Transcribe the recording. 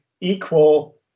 equal